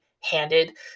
handed